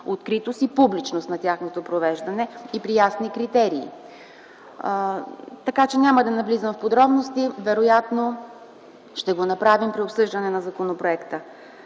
откритост и публичност на тяхното провеждане и при ясни критерии. Така че няма да навлизам в подробности. Вероятно ще го направим при обсъждане на законопроекта.